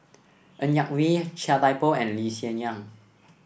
Ng Yak Whee Chia Thye Poh and Lee Hsien Yang